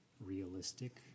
realistic